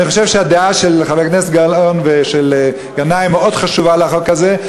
אני חושב שהדעה של חברת הכנסת גלאון ושל גנאים מאוד חשובה לחוק הזה,